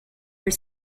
are